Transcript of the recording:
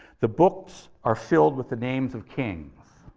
the books are filled with the names of kings.